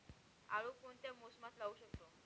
आळू कोणत्या मोसमात लावू शकतो?